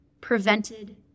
prevented